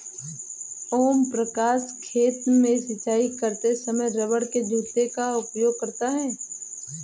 ओम प्रकाश खेत में सिंचाई करते समय रबड़ के जूते का उपयोग करता है